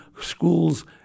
schools